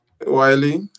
Wiley